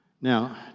Now